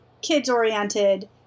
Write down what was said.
kids-oriented